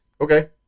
Okay